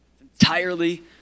entirely